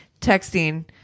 texting